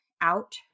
out